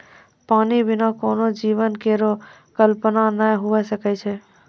पानी बिना कोनो जीवन केरो कल्पना नै हुए सकै छै?